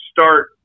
start